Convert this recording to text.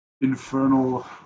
infernal